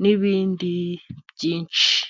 n'ibindi byinshi.